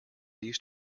used